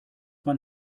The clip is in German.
man